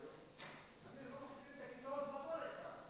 כי עם ישראל לא יכול לדאוג לכל הפליטוּת בעולם.